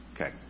Okay